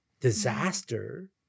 disaster